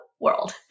world